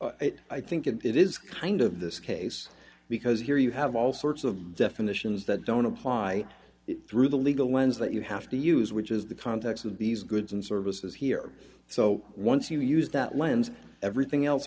right i think it is kind of this case because here you have all sorts of definitions that don't apply through the legal lens that you have to use which is the context of these goods and services here so once you use that lens everything else